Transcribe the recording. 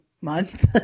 month